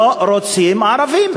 לא רוצים ערבים.